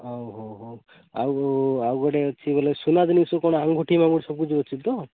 ଓହୋ ହୋ ଆଉ ଆଉ ଗୋଟେ ଅଛି ବୋଲେ ସୁନା ଜିନିଷ କ'ଣ ଆଉ ଗୋଟେ ଅଛି ତ